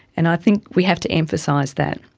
and i think we have to emphasise that.